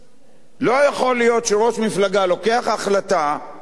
לא יכול להיות שראש מפלגה לוקח החלטה וההחלטה